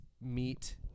Meet